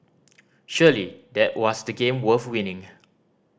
surely that was the game worth winning